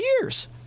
years